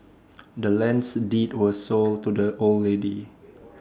the land's deed was sold to the old lady